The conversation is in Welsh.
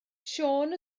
siôn